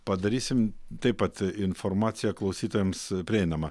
padarysim taip pat informaciją klausytojams prieinamą